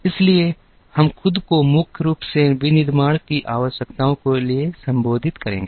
इसलिए हम खुद को मुख्य रूप से विनिर्माण की आवश्यकताओं के लिए संबोधित करेंगे